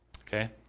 Okay